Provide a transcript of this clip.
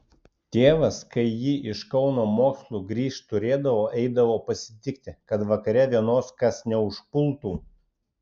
tėvas kai ji iš kauno mokslų grįžt turėdavo eidavo pasitikti kad vakare vienos kas neužpultų